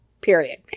period